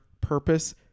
purpose